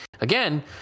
again